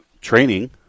training